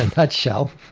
and nutshell.